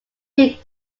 need